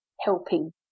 helping